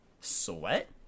Sweat